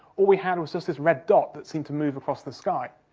all we had was just this red dot that seemed to move across the sky.